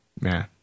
Man